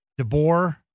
DeBoer